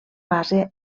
base